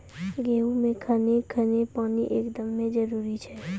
गेहूँ मे कखेन कखेन पानी एकदमें जरुरी छैय?